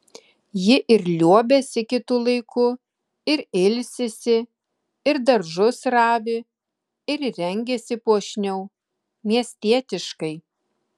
ji ir liuobiasi kitu laiku ir ilsisi ir daržus ravi ir rengiasi puošniau miestietiškai